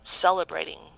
celebrating